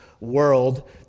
world